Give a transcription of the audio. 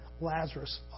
Lazarus